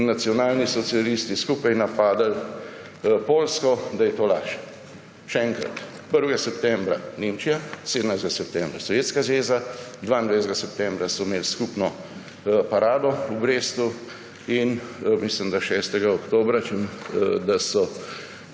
in nacionalni socialisti, skupaj napadli Poljsko, laž. Še enkrat: 1. septembra Nemčija, 17. septembra Sovjetska zveza, 22. septembra so imeli skupno parado v Brestu in mislim, da so 6. oktobra